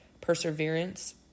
perseverance